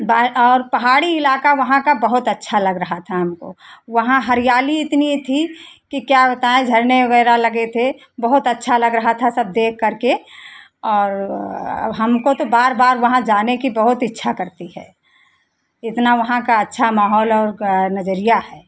बाए और पहाड़ी इलाका वहां का बहुत अच्छा लग रहा था हमको वहां हरियाली इतनी थी की क्या बताएं झरने वगैरह लगे थे बहुत अच्छा लग रहा था सब देख करके और अब हमको तो बार बार वहां जाने की बहुत इच्छा करती है इतना वहां का अच्छा माहौल और नजरिया है